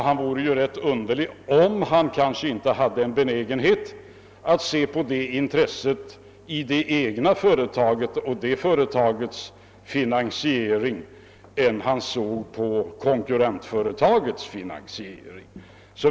Det vore rätt underligt om en sådan ledamot inte skulle ha benägenhet att vilja tillgodose det egna före tagets finansieringsbehov hellre än ett konkurrentföretags.